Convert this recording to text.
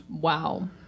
Wow